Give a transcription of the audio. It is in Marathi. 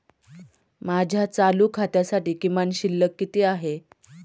माझ्या चालू खात्यासाठी किमान शिल्लक किती आहे?